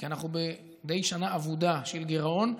כי אנחנו בשנה די אבודה של גירעון.